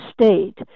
state